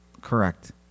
Correct